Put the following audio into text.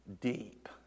deep